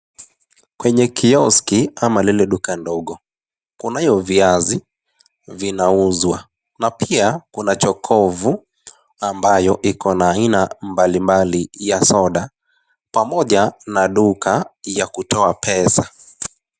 Kwenye kioski ama ile duka ndogo .Kunayo viazi vinauzwa na pia jokofu ambayo iko na aina mbalimbali ya soda, pamoja na duka ya kutoa pesa.